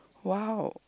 !wow!